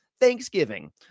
Thanksgiving